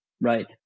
right